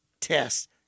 test